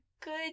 good